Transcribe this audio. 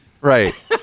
Right